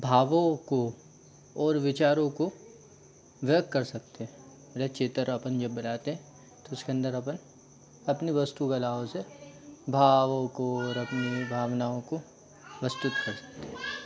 भावों को और विचारों को व्यक्त कर सकते हैं जैसे चित्र अपन जब बनाते हैं तो उसके अंदर अपन अपनी वास्तुकलाओं से भावों को और अपनी भावनाओं को प्रस्तुत करते हैं